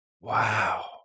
Wow